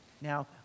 Now